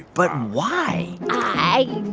but why? i